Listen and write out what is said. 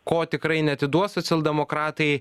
ko tikrai neatiduos socialdemokratai